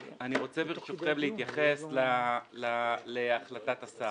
רוצה, ברשותכם, להתייחס להחלטת השר.